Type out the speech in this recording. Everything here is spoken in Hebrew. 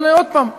אבל עוד פעם,